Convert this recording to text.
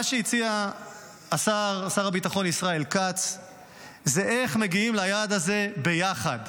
מה שהציע שר הביטחון ישראל כץ זה איך להגיע ליעד הזה ביחד.